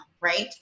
right